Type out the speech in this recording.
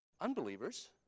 unbelievers